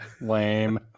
Lame